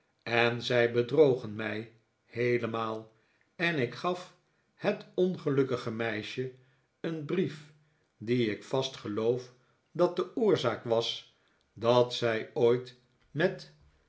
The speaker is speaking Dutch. en zij bedrogen mij heelemaal en ik gaf het ongelukkige meisje een brief die ik vast geloof dat de oorzaak was dat zij ooit met